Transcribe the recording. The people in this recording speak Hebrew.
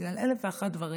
בגלל אלף ואחת דברים.